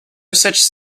such